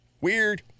Weird